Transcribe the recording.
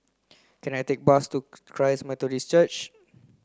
can I take a bus to Christ Methodist Church